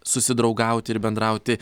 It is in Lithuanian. susidraugauti ir bendrauti